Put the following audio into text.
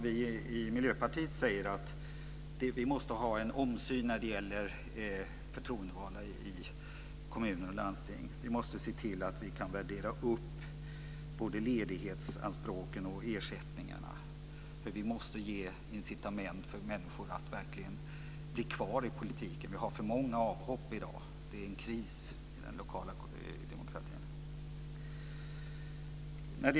Vi i Miljöpartiet anser att det måste bli en annan syn på förtroendevalda i kommuner och landsting. Både ledighetsanspråken och ersättningarna måste värderas upp. Vi måste ge incitament så att människor verkligen stannar kvar i politiken. Avhoppen är för många i dag. Det är kris för den kommunala demokratin.